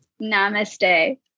Namaste